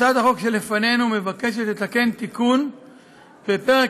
בהצעת החוק שלפנינו מוצע לתקן תיקון בפרק